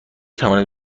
توانید